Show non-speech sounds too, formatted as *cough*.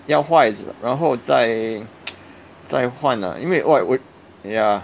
要坏然后再 *noise* 再换 ah 因为 !wah! 我 ya